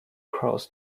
cross